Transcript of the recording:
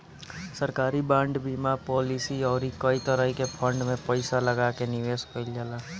सरकारी बांड, बीमा पालिसी अउरी कई तरही के फंड में पईसा लगा के निवेश कईल जाला